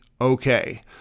okay